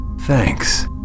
Thanks